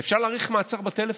אפשר להאריך מעצר בטלפון,